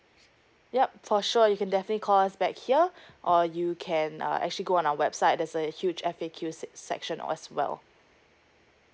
yup for sure you can definitely call us back here or you can uh actually go on our website there's a huge F_A_Q sect~ section as well